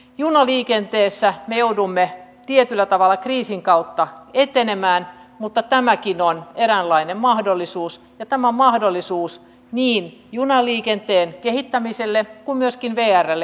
junaliikenteessä me joudumme tietyllä tavalla kriisin kautta etenemään mutta tämäkin on eräänlainen mahdollisuus ja tämä on mahdollisuus niin junaliikenteen kehittämiselle kuin myöskin vrlle yhtiönä